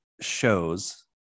shows